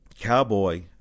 Cowboy